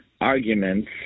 arguments